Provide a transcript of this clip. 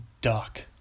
duck